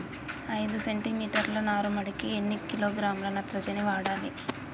ఐదు సెంటిమీటర్ల నారుమడికి ఎన్ని కిలోగ్రాముల నత్రజని వాడాలి?